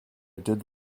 did